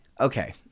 Okay